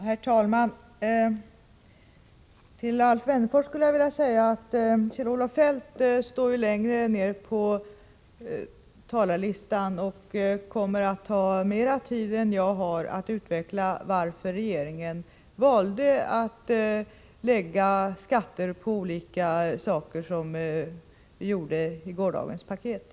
Herr talman! Till Alf Wennerfors vill jag säga att Kjell-Olof Feldt står ju anmäld längre ner på talarlistan, och han kommer att ha mera tid än vad jag nu har att utveckla varför regeringen valde att föreslå skatt på olika saker, som vi gjorde i gårdagens paket.